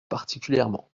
particulièrement